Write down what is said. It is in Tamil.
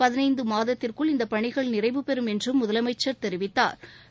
பதினைந்து மாதத்திற்குள் இந்த பணிகள் நிறைவு பெறும் என்றும் முதலமைச்சா் தெரிவித்தாா்